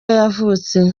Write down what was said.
yavutse